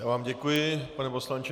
Já vám děkuji, pane poslanče.